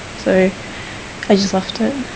so i just left it.